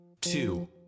two